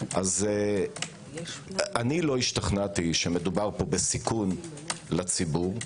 אני לא השתכנעתי, שמדובר פה בסיכון לציבור,